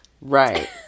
right